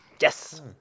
yes